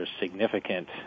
significant